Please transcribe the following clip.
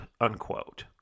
unquote